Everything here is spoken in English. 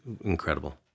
incredible